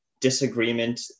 disagreement